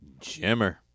Jimmer